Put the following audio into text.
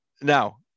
now